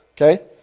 Okay